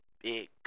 big